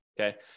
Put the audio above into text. okay